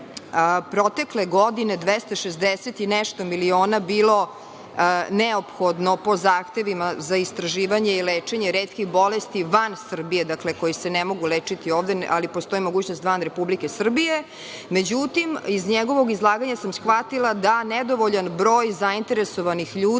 protekle godine 260 i nešto miliona bilo neophodno po zahtevima za istraživanje i lečenje retkih bolesti van Srbije, dakle koji se ne mogu lečiti ovde, ali postoji mogućnost van Republike Srbije. Međutim, iz njegovog izlaganja sam shvatila da nedovoljan broj zainteresovanih ljudi